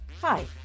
Hi